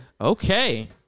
Okay